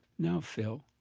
no phil,